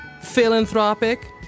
Philanthropic